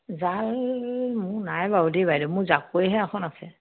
জাল মোৰ নাই বাৰু দেই বাইদেউ মোৰ জাকৈহে এখন আছে